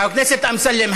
חבר הכנסת אמסלם,